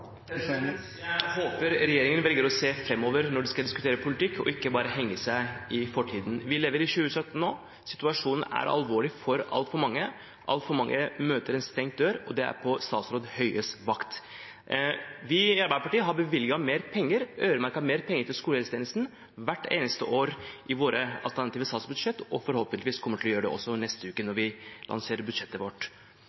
Jeg håper regjeringen velger å se framover når den skal diskutere politikk og ikke bare henger seg opp i fortiden. Vi lever i 2017 nå. Situasjonen er alvorlig for altfor mange. Altfor mange møter en stengt dør, og det er på statsråd Høies vakt. Vi i Arbeiderpartiet har bevilget mer penger, øremerket mer penger til skolehelsetjenesten hvert eneste år i våre alternative statsbudsjetter og kommer forhåpentligvis også til å gjøre det når vi lanserer budsjettet vårt i neste uke.